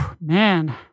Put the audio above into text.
man